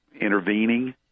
intervening